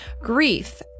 grief